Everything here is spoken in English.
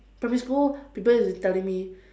primary school people is just telling me